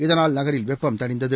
இதனால் நகரில் வெப்பம் தணிந்தது